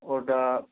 ওটা